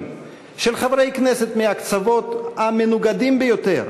של חברי כנסת מהקצוות המנוגדים ביותר,